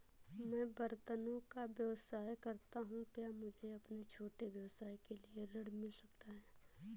मैं बर्तनों का व्यवसाय करता हूँ क्या मुझे अपने छोटे व्यवसाय के लिए ऋण मिल सकता है?